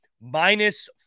minus